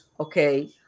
okay